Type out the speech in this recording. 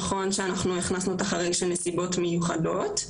נכון שאנחנו הכנסנו את החריג של "נסיבות מיוחדות",